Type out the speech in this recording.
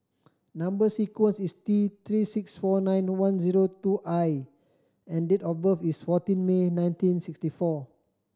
number sequence is T Three six four nine one zero two I and date of birth is fourteen May nineteen sixty four